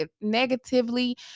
negatively